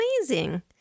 Amazing